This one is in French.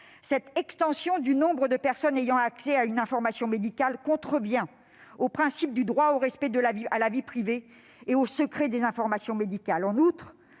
Cette extension du nombre de personnes ayant accès à une information médicale contrevient au principe du droit au respect à la vie privée et au secret des informations médicales.